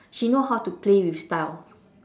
she know how to play with style